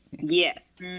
Yes